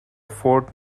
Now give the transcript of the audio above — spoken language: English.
fort